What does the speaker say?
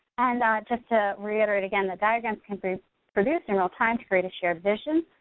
and just to reiterate again, the diagrams can be produced in real-time to create a shared vision.